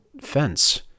Fence